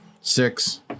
Six